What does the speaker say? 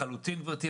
לחלוטין, גברתי.